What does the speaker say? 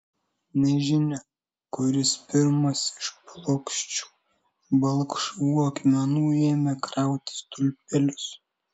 nežinia kuris pirmas iš plokščių balkšvų akmenų ėmė krauti stulpelius